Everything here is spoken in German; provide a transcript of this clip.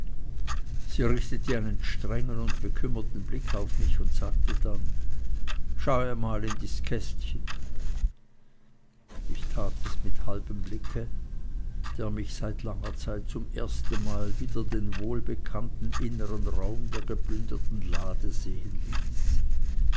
sie richtete einen strengen und bekümmerten blick auf mich und sagte dann schau einmal in dies kästchen ich tat es mit einem halben blicke der mich seit langer zeit zum ersten male wieder den wohlbekannten innern raum der geplünderten lade sehen ließ